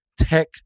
tech